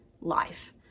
life